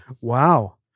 Wow